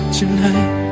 tonight